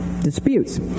disputes